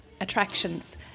attractions